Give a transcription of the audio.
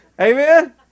amen